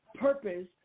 purpose